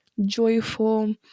joyful